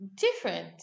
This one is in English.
different